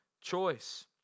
choice